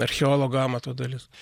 archeologo amato dalis